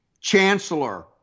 Chancellor